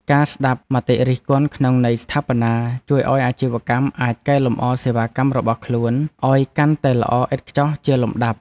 ការស្ដាប់មតិរិះគន់ក្នុងន័យស្ថាបនាជួយឱ្យអាជីវកម្មអាចកែលម្អសេវាកម្មរបស់ខ្លួនឱ្យកាន់តែល្អឥតខ្ចោះជាលំដាប់។